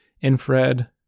Infrared